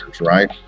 right